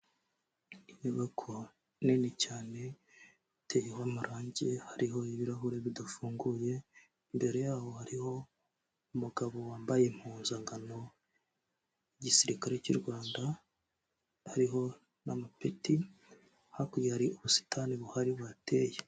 Inyubako nini cyane iteyeho amarange, hariho ibirahuri bidafunguye, imbere y'aho hariho umugabo wambaye impuzankano y'igisirikare cy'u Rwanda hariho n'amapeti, hakurya hari ubusitani buhari buhateye.